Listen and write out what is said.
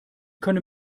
können